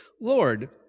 Lord